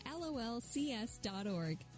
lolcs.org